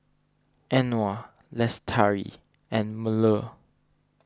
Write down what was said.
Anuar Lestari and Melur